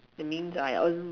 that means I earn